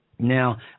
Now